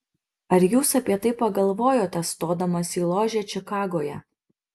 ar jūs apie tai pagalvojote stodamas į ložę čikagoje